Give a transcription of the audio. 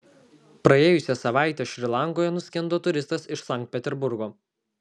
praėjusią savaitę šri lankoje nuskendo turistas iš sankt peterburgo